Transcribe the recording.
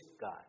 God